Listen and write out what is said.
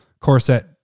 corset